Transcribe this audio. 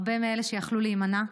שהרבה מאלה יכלו להימנע.